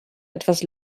etwas